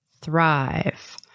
Thrive